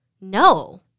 no